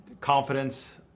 confidence